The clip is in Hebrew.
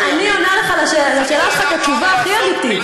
אני עונה לך על השאלה שלך את התשובה הכי אמיתית.